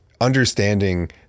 understanding